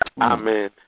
Amen